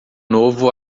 novo